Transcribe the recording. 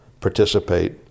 participate